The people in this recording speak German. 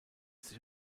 sich